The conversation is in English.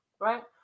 right